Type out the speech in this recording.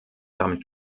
damit